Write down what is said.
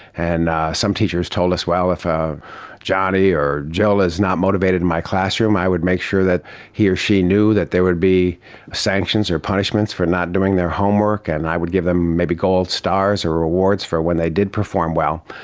and some teachers told us, well, if ah johnny or jill is not motivated in my classroom i would make sure that he or she knew that there would be sanctions or punishments for not doing their homework, and i would give them maybe gold stars or rewards for when they did perform well.